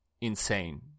insane